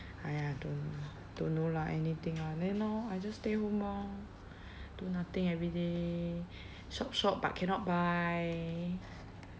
!aiya! I don't know lah don't know lah anything lah then now I just stay home orh do nothing every day shop shop but cannot buy